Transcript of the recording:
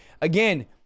Again